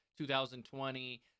2020